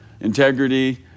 integrity